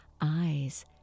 eyes